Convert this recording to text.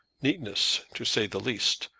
neatness, to say the least